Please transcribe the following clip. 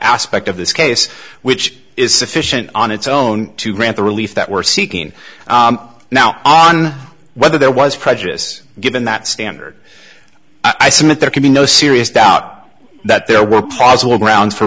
aspect of this case which is sufficient on its own to grant the relief that we're seeking now on whether there was prejudice given that standard i submit there can be no serious doubt that there were possible grounds for